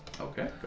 Okay